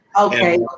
Okay